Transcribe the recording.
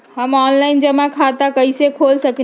हम ऑनलाइन जमा खाता कईसे खोल सकली ह?